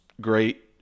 great